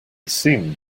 seemed